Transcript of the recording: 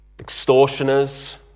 extortioners